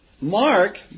Mark